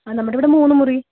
ആ നമ്മുടെ ഇവിടെ മൂന്ന് മുറി